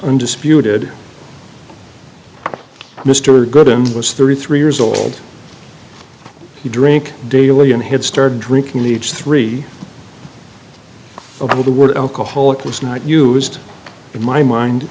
undisputed mr goulden was thirty three years old he drank daily and had started drinking leach three of the word alcoholic was not used in my mind